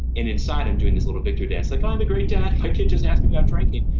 and inside i'm doing this little victory dance like, oh, i'm a great dad. my kid just asked me about drinking.